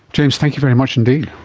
james, thank you very much indeed.